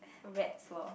rats lor